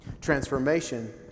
Transformation